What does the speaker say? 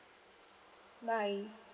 bye